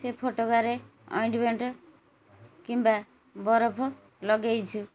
ସେ ଫୋଟକାରେ ଅଏଣ୍ଟମେଣ୍ଟ୍ କିମ୍ବା ବରଫ ଲଗେଇଛୁ